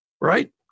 Right